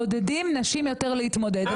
מעודדים נשים יותר להתמודד,